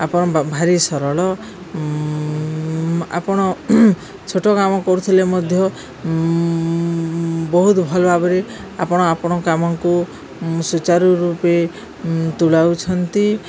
ଆପଣ ଭାରି ସରଳ ଆପଣ ଛୋଟ କାମ କରୁଥିଲେ ମଧ୍ୟ ବହୁତ ଭଲ ଭାବରେ ଆପଣ ଆପଣ କାମକୁ ସୁଚାରୁ ରୂପେ ତୁଲାଉଛନ୍ତି